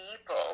people